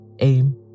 Aim